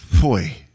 boy